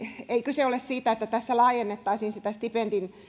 kyse ole siitä että tässä laajennettaisiin sitä stipendin